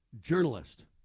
journalist